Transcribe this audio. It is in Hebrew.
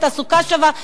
תעסוקה שווה,